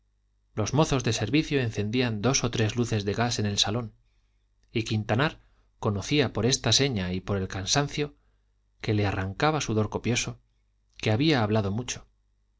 los mozos de servicio encendían dos o tres luces de gas en el salón y quintanar conocía por esta seña y por el cansancio que le arrancaba sudor copioso que había hablado mucho